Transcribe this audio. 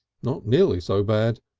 not nearly so bad.